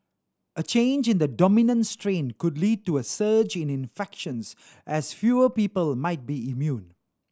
a change in the dominant strain could lead to a surge in infections as fewer people might be immune